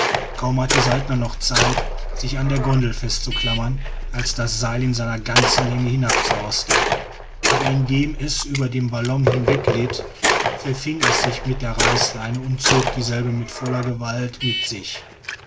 kaum hatte saltner noch zeit sich an der gondel festzuklammern als das seil in seiner ganzen länge hinabsauste aber indem es über den ballon hinwegglitt verfing es sich mit der reißleine und zog dieselbe mit voller gewalt mit sich